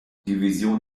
division